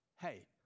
hey